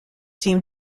seem